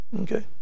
Okay